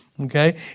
Okay